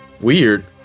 weird